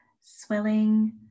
swelling